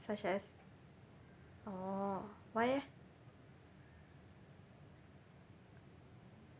such as orh why eh